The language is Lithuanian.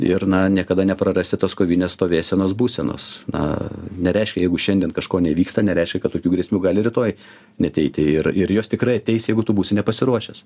ir na niekada neprarasti tos kovinės stovėsenos būsenos na nereiškia jeigu šiandien kažko nevyksta nereiškia kad tokių grėsmių gali rytoj neateiti ir ir jos tikrai ateis jeigu tu būsi nepasiruošęs